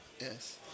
Yes